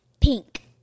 Pink